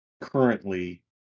currently